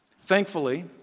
Thankfully